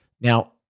Now